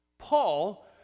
Paul